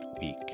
week